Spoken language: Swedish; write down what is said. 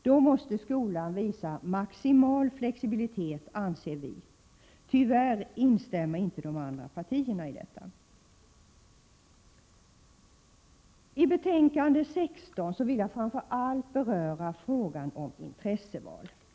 Då måste skolan visa maximal flexibilitet, anser vi. Tyvärr instämmer inte de andra partierna i detta resonemang. I fråga om betänkande 16 vill jag framför allt beröra frågan om intresseval.